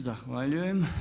Zahvaljujem.